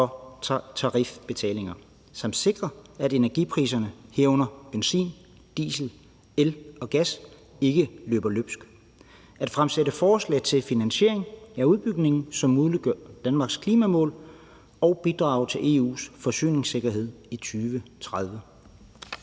for tarifbetalingen, at sikre, at energipriserne, herunder benzin, diesel, el og gas, ikke løber løbsk, og at fremlægge forslag til finansiering af udbygningen, som muliggør Danmarks klimamål og bidrager til EU's forsyningssikkerhed i 2030.«